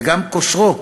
וגם כושרו,